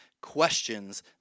questions